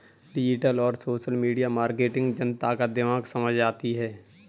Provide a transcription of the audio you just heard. digital और social media marketing जनता का दिमाग समझ जाती है